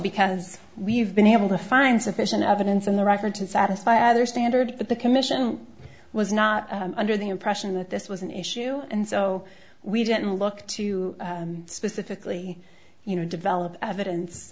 because we've been able to find sufficient evidence on the record to satisfy other standard that the commission was not under the impression that this was an issue and so we didn't look to specifically you know develop evidence